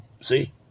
See